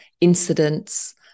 incidents